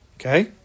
Okay